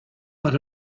but